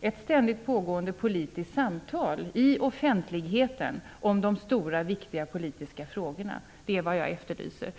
Ett ständigt pågående politiskt samtal i offentlighet om de stora, viktiga politiska frågorna är vad jag efterlyser.